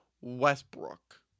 Westbrook